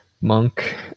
monk